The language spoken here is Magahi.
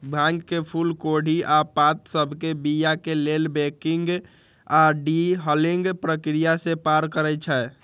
भांग के फूल कोढ़ी आऽ पात सभके बीया के लेल बंकिंग आऽ डी हलिंग प्रक्रिया से पार करइ छै